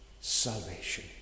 salvation